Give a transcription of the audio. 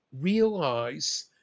realize